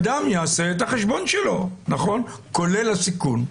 אדם יעשה את החשבון שלו, כולל הסיכון.